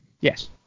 Yes